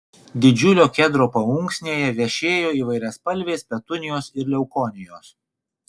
didžiulio kedro paunksnėje vešėjo įvairiaspalvės petunijos ir leukonijos